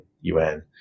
UN